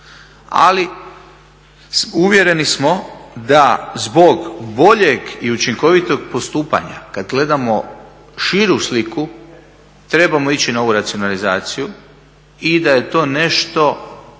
Ali, uvjereni smo da zbog boljeg i učinkovitijeg postupanja kad gledamo širu sliku trebamo ići na ovu racionalizaciju i da je to nešto